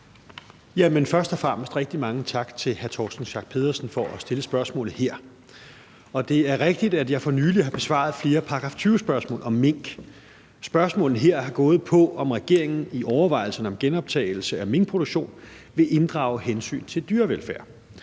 først og fremmest rigtig mange tak til hr. Torsten Schack Pedersen for at stille spørgsmålet her. Det er rigtigt, at jeg for nylig har besvaret flere § 20-spørgsmål om mink. Spørgsmålene her har gået på, om regeringen i overvejelserne om genoptagelse af minkproduktion vil inddrage hensyn til dyrevelfærd.